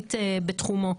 שהתוכנית בתחומו,